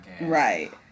right